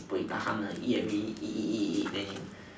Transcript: buay-tahan eat every eat eat eat then you